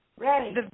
Ready